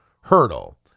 hurdle